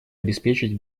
обеспечить